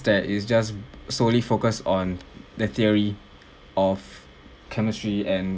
that is just solely focused on the theory of chemistry and